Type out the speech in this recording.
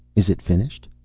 is it finished?